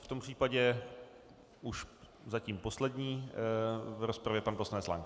V tom případě zatím poslední v rozpravě pan poslanec Lank.